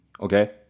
Okay